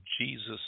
Jesus